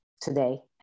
today